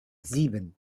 sieben